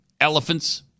elephants